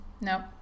No